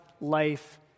life